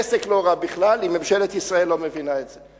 עסק לא רק בכלל, אם ממשלת ישראל לא מבינה את זה.